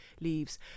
leaves